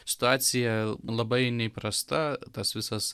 situacija labai neįprasta tas visas